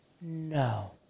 No